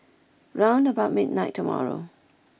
round about midnight tomorrow